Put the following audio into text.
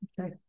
Okay